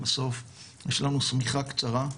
בסוף יש לנו שמיכה קצרה,